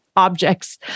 objects